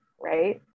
right